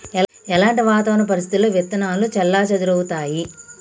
ఎలాంటి వాతావరణ పరిస్థితుల్లో విత్తనాలు చెల్లాచెదరవుతయీ?